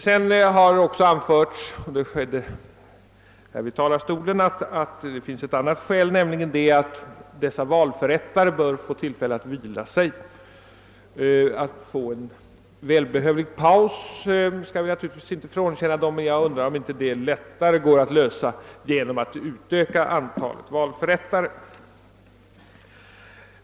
Här har redan anförts ytterligare ett skäl, nämligen att valförrättarna bör få tillfälle att vila sig. Vi missunnar dem naturligtvis inte en välbehövlig paus, men jag undrar om det inte går lättare att klara saken genom att utöka antalet valförrättare.